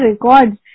records